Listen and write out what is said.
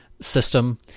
system